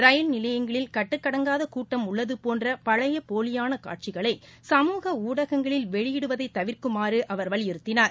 ரயில் நிலையங்களில் கட்டுக்கடங்காத கூட்டம் உள்ளது போன்ற பழைய போலியான காட்சிகளை சமூக ஊடகங்களில் வெளியிடுவதை தவிர்க்குமாறு அவர் வலியுறுத்தினார்